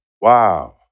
Wow